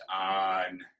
on